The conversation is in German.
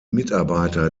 mitarbeiter